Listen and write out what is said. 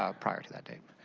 ah prior to that date.